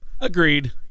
Agreed